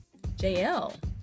JL